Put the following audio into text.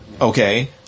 Okay